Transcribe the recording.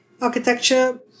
Architecture